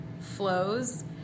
flows